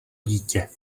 dítě